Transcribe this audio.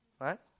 Right